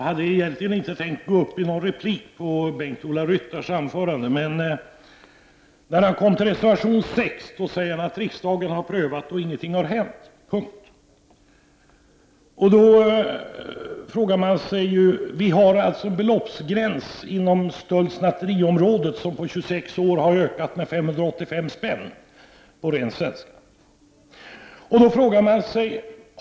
Herr talman! Jag hade inte tänkt att göra ytterligare inlägg med anledning av Bengt-Ola Ryttars anförande. Men när det gällde reservation 6 sade han att riksdagen har prövat frågan och ingenting har hänt som föranleder en omprövning. Vi har inom stöldoch snatteriområdet en beloppsgräns som på 26 år har ökat med 585 spänn, på ren svenska.